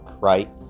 right